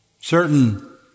certain